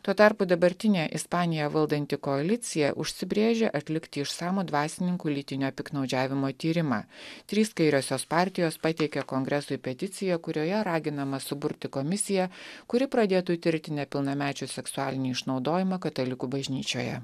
tuo tarpu dabartinė ispaniją valdanti koalicija užsibrėžė atlikti išsamų dvasininkų lytinio piktnaudžiavimo tyrimą trys kairiosios partijos pateikė kongresui peticiją kurioje raginama suburti komisiją kuri pradėtų tirti nepilnamečių seksualinį išnaudojimą katalikų bažnyčioje